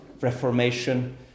reformation